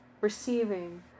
receiving